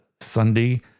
Sunday